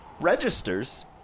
registers